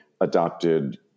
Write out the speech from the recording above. adopted